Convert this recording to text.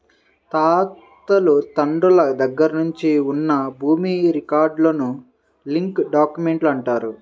తాతలు తండ్రుల దగ్గర నుంచి ఉన్న భూమి రికార్డులను లింక్ డాక్యుమెంట్లు అంటారు